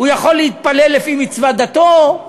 הוא יכול להתפלל לפי מצוות דתו.